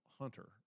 Hunter